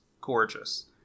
gorgeous